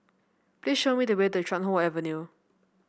please show me the way to Chuan Hoe Avenue